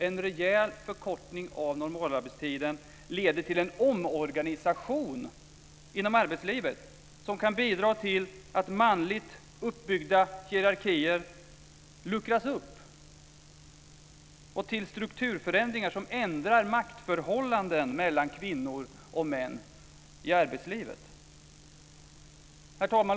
En rejäl förkortning av normalarbetstiden leder till en omorganisation inom arbetslivet som kan bidra till att manligt uppbyggda hierarkier luckras upp och till strukturförändringar som ändrar maktförhållanden mellan kvinnor och män i arbetslivet. Herr talman!